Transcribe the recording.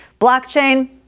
Blockchain